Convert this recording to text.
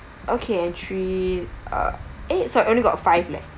okay and three uh eh sorry only got five leh